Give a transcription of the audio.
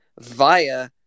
via